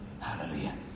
Hallelujah